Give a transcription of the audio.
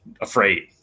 afraid